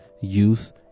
youth